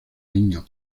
niño